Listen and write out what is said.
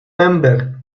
member